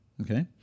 okay